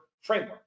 framework